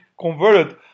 converted